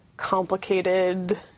complicated